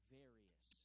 various